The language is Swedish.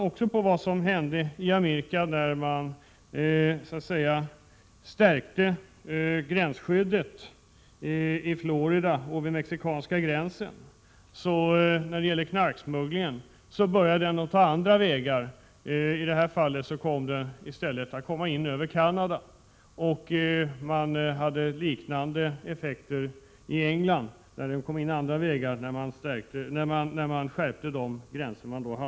Det som hände i Amerika, där man stärkte gränsskyddet i Florida och vid mexikanska gränsen när det gällde knarksmuggling, var att den smugglingen började ta andra vägar, i detta fall över Canada. Liknande effekter uppstod i England, där smugglingen kom in andra vägar då gränsskyddet stärktes på vissa ställen.